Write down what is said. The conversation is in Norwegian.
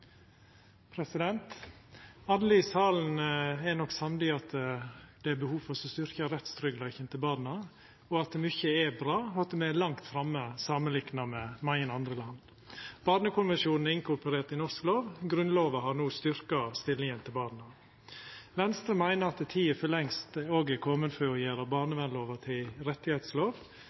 nok samde om at det er behov for å styrkja rettstryggleiken til barna, at mykje er bra, og at me er langt framme samanlikna med mange andre land. Barnekonvensjonen er inkorporert i norsk lov, og Grunnlova har no styrkt stillinga til barna. Venstre meiner at tida for lengst er komen for å gjera barnevernlova til